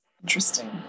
Interesting